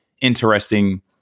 interesting